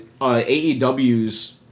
AEW's